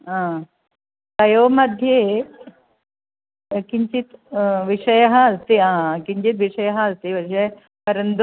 हा तयोः मध्ये किञ्चित् विषयः अस्ति किञ्चित् विषयः अस्ति परन्तु